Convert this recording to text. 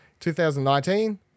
2019